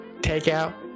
takeout